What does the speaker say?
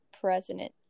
president